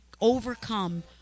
overcome